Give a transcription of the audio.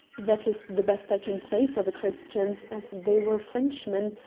that is the best i can say for the christians, as they were frenchmen,